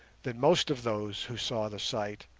that most of those who saw the sight,